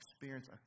experience